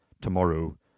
tomorrow